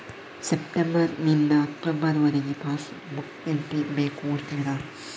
September ನಿಂದ October ವರಗೆ pass book entry ಬೇಕು ಕೊಡುತ್ತೀರಾ?